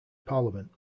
parliament